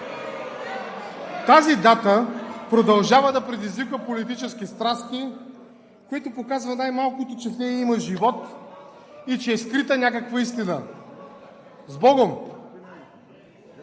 Тази дата продължава да предизвиква политически страсти, които показват най-малкото, че в нея има живот и че е скрита някаква истина. Сбогом!